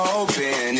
open